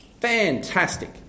fantastic